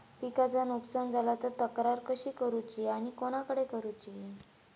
पिकाचा नुकसान झाला तर तक्रार कशी करूची आणि कोणाकडे करुची?